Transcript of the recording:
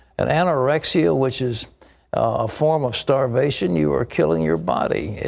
and anorexia, which is a form of starvation, you are killing your body.